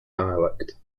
dialect